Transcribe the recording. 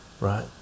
Right